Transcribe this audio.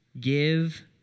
give